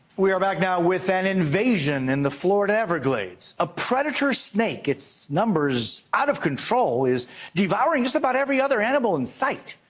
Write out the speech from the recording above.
we are back now with an invasion in the florida everglades. a predator snake. its numbers out of control is devouring just about every other animal in sight.